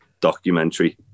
documentary